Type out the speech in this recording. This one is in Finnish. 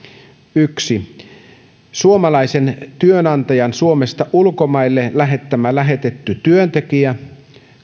yksi suomalaisen työnantajan suomesta ulkomaille lähettämä lähetetty työntekijä